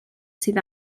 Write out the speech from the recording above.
sydd